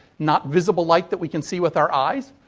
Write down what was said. not visible light that we can see with our eyes.